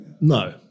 no